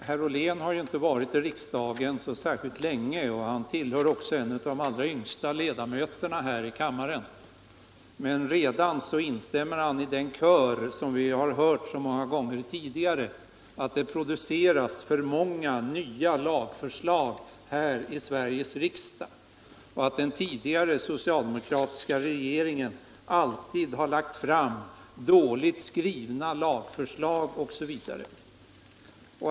Herr Ollén har inte varit i riksdagen särskilt länge och är också en av kammarens allra yngsta ledamöter, men redan instämmer han i den kör som vi har hört så många gånger tidigare: Det produceras för många nya lagar i Sveriges riksdag, den tidigare socialdemokratiska regeringen har alltid lagt fram dåligt skrivna lagförslag osv.